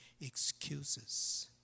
excuses